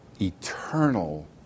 eternal